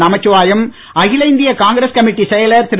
நமச்சிவாயம் அகில இந்திய Congress committee செயலர் திரு